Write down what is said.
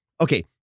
okay